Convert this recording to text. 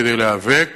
כדי להיאבק